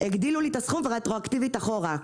הגדילו לי את הסכום ורטרואקטיבית אחורה.